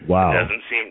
Wow